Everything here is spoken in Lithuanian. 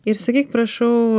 ir sakyk prašau